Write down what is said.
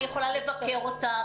אני יכולה לבקר אותם.